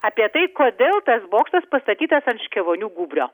apie tai kodėl tas bokštas pastatytas ant škėvonių gūbrio